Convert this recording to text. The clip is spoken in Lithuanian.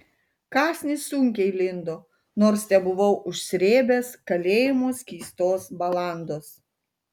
kąsnis sunkiai lindo nors tebuvau užsrėbęs kalėjimo skystos balandos